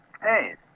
Hey